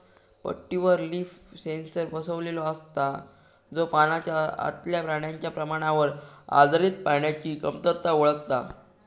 पट्टीवर leaf sensor बसवलेलो असता, जो पानाच्या आतल्या पाण्याच्या प्रमाणावर आधारित पाण्याची कमतरता ओळखता